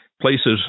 places –